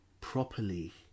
properly